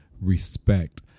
respect